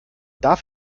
darf